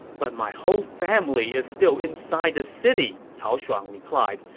but my whole family is still inside the city, cao shuang replied.